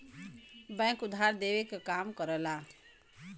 bank उधार देवे क काम करला